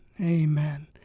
Amen